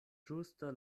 ĝusta